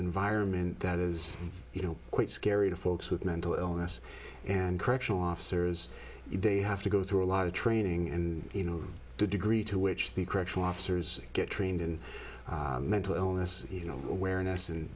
environment that is you know quite scary to folks with mental illness and correctional officers they have to go through a lot of training and you know the degree to which the correctional officers get trained in mental illness you know awareness and